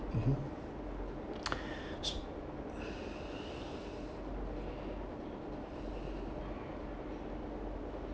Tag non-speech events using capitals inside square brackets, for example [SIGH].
mmhmm [NOISE] so